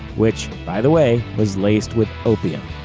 which, by the way, was laced with opium.